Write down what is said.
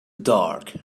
dark